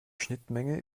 schnittmenge